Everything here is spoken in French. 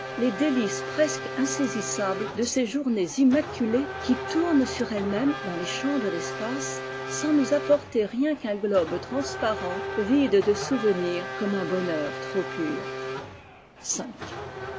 les délices presque insaisissables de ces journées immaculées qui tournent sur elles-mêmes dans les champs de l'espace sans nous apporter rien qu'un globe transparent vide de souvenirs comme un bonheur trop pur